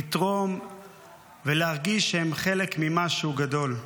לתרום ולהרגיש שהם חלק ממשהו גדול.